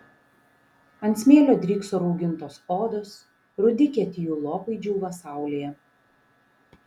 ant smėlio drykso raugintos odos rudi kieti jų lopai džiūva saulėje